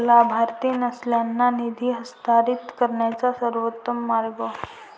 लाभार्थी नसलेल्यांना निधी हस्तांतरित करण्याचा सर्वोत्तम मार्ग